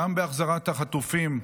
גם בהחזרת החטופים.